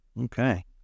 Okay